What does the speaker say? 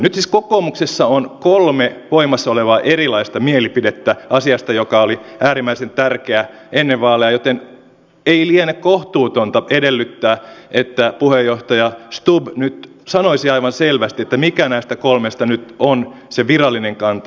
nyt siis kokoomuksessa on kolme voimassa olevaa erilaista mielipidettä asiasta joka oli äärimmäisen tärkeä ennen vaaleja joten ei liene kohtuutonta edellyttää että puheenjohtaja stubb nyt sanoisi aivan selvästi mikä näistä kolmesta nyt on se virallinen kanta